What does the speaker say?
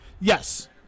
Yes